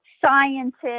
scientists